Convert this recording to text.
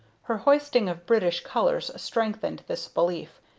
her hoisting of british colors strengthened this belief,